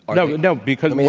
no, no, because, yeah